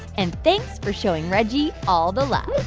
and thanks for showing reggie all the love